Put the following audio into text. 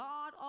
God